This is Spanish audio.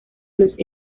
los